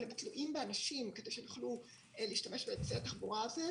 אבל הם תלויים באנשים כדי שהם יוכלו להשתמש באמצעי התחבורה האלה,